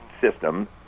system